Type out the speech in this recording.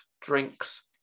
drinks